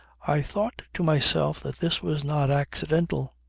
i thought to myself that this was not accidental.